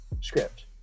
script